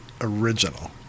original